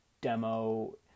demo